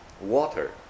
water